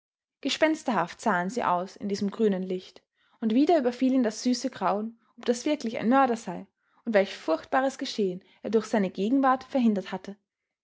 gespensterhaft sahen sie aus in diesem grünen licht und wieder überfiel ihn das süße grauen ob das wirklich ein mörder sei und welch furchtbares geschehen er durch seine gegenwart verhindert hatte